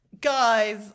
guys